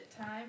Time